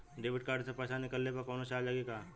Debit card से पैसा निकलले पर कौनो चार्ज लागि का?